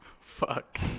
Fuck